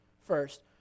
first